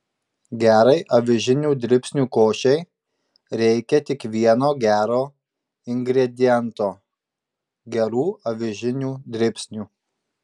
gerai avižinių dribsnių košei reikia tik vieno gero ingrediento gerų avižinių dribsnių